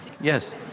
Yes